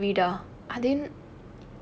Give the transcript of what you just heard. தெய்வம் தந்த வீடா அதென்ன:theivam thantha veedaa athenna